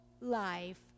life